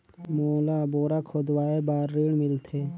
मोला बोरा खोदवाय बार ऋण मिलथे?